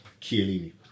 Chiellini